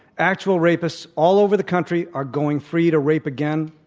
actual rapists all over the country are going free to rape again,